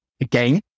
again